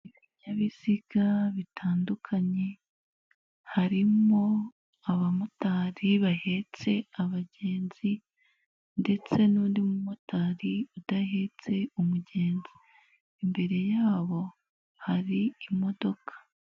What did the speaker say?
Ibinyabiziga bitandukanye harimo abamotari bahetse abagenzi, ndetse n'undi mumotari udahetse umugenzi , imbere yabo hari imodoka.